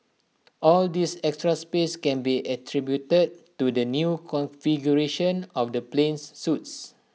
all this extra space can be attributed to the new configuration of the plane's suites